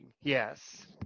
Yes